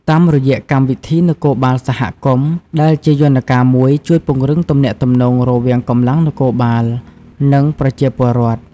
តាមរយៈ កម្មវិធីនគរបាលសហគមន៍ ដែលជាយន្តការមួយជួយពង្រឹងទំនាក់ទំនងរវាងកម្លាំងនគរបាល និងប្រជាពលរដ្ឋ។